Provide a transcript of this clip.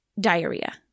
diarrhea